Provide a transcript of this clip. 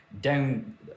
Down